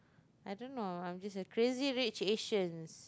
I don't know I'm just like Crazy-Rich-Asians